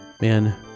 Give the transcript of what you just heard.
man